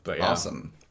Awesome